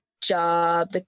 job